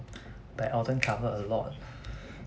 but eldon cover a lot